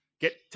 Get